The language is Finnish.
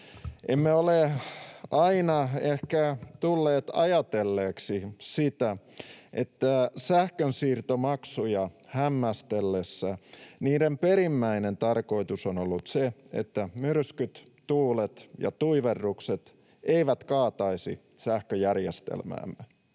Emme ole aina ehkä tulleet ajatelleeksi sitä, että sähkönsiirtomaksuja hämmästellessä niiden perimmäinen tarkoitus on ollut se, että myrskyt, tuulet ja tuiverrukset eivät kaataisi sähköjärjestelmäämme.